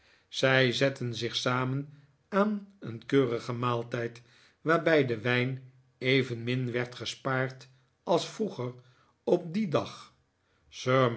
zij zetten zich samen aan een keurigen maaltijd waarbij de wijn evenmin werd gespaard als vroeger op dien dag